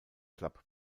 club